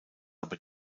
aber